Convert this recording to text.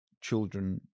children